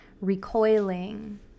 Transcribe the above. recoiling